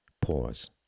pause